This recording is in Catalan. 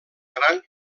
gran